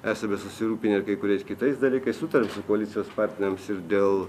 esame susirūpinę ir kai kuriais kitais dalykais sutariam su koalicijos partneriams ir dėl